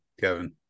Kevin